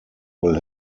will